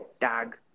Tag